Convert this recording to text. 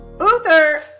Uther